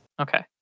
Okay